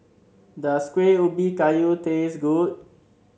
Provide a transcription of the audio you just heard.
does Kueh Ubi Kayu taste good